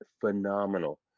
phenomenal